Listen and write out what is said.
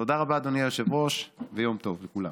תודה רבה, אדוני היושב-ראש, ויום טוב לכולם.